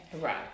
Right